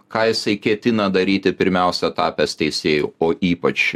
ką jisai ketina daryti pirmiausia tapęs teisėju o ypač